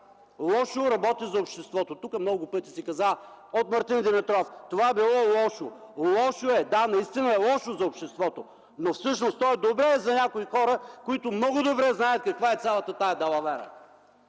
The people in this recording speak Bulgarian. лошо работи за обществото. Тук много пъти се каза от Мартин Димитров – това било лошо. Лошо е, да, наистина е лошо за обществото. Но всъщност то е добре за някои хора, които много добре знаят каква е цялата тази далавера.